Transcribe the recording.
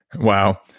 wow.